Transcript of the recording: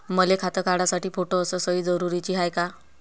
मले खातं काढासाठी फोटो अस सयी जरुरीची हाय का?